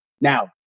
Now